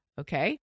okay